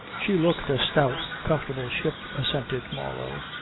she looked a stout, comfortable ship, assented marlow.